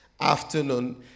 afternoon